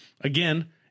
Again